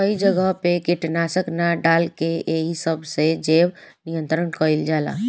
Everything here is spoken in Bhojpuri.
कई जगह पे कीटनाशक ना डाल के एही सब से जैव नियंत्रण कइल जाला